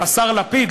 השר לפיד,